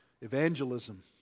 evangelism